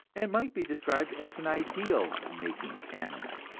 and might be described as an ideal-making animal.